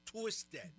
twisted